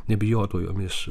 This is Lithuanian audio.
nebijotų jomis